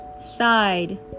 side